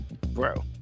bro